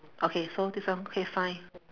okay so this one okay fine